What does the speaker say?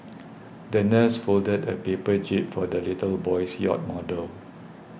the nurse folded a paper jib for the little boy's yacht model